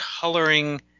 coloring